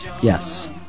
yes